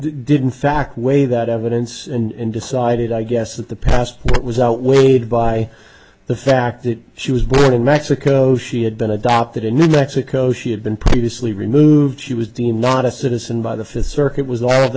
didn't fact way that evidence and decided i guess that the passport was outweighed by the fact that she was born in mexico she had been adopted a new mexico she had been previously removed she was deemed not a citizen by the fist circuit was all